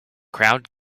crowd